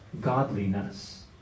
godliness